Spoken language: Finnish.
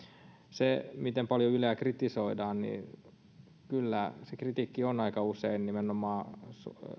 se miten paljon yleä kritisoidaan kyllä se kritiikki on aika usein nimenomaan